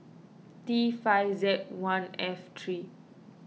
T five Z one F three